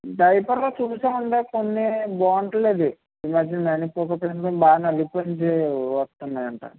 డైపర్లు చూసివ్వండే కొన్ని బాగుండట్లేదు ఈ మధ్యన మామిపోకో ప్యాంట్స్ బాగా నలిగిపోయింది వస్తున్నాయంట